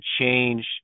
change